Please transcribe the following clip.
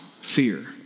fear